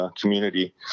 community